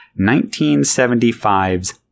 1975's